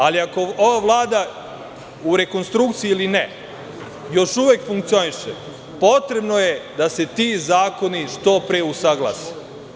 Ali ako ova Vlada, u rekonstrukciji ili ne, još uvek funkcioniše, potrebno je da se ti zakoni što pre usaglase.